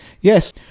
Yes